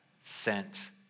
sent